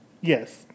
Yes